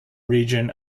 region